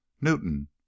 Newton